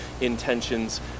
intentions